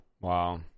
Wow